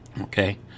okay